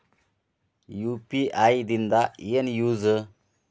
UPI ದಿಂದ ಏನು use?